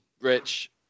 Rich